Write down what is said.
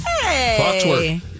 Hey